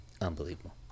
unbelievable